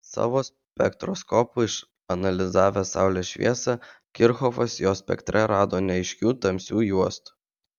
savo spektroskopu išanalizavęs saulės šviesą kirchhofas jos spektre rado neaiškių tamsių juostų